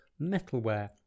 metalware